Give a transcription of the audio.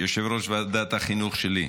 יושב-ראש ועדת החינוך שלי,